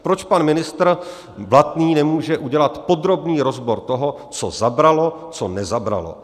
Proč pan ministr Blatný nemůže udělat podrobný rozbor toho, co zabralo, co nezabralo?